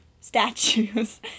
statues